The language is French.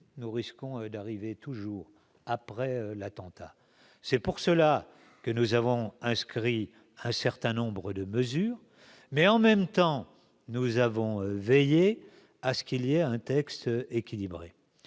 nous risquons d'arriver toujours après l'attentat. C'est pour cela que nous avons inscrit un certain nombre de mesures, mais en même temps nous avons veillé à ce qu'il y a un texte équilibré,